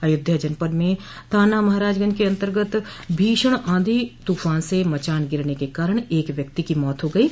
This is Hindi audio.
अयोध्या जनपद में थाना महराजगंज के अन्तर्गत भीषण ऑधी तूफान से मचान गिरने के कारण एक व्यक्ति की मौत हो गयी